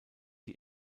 die